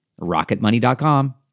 Rocketmoney.com